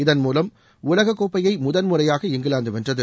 இதன் மூலம் உலகக்கோப்பையை முதன்முறையாக இங்கிலாந்து வென்றது